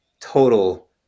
total